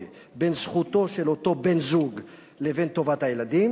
בין זכותו של אותו בן-זוג לבין טובת הילדים.